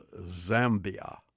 Zambia